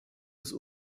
des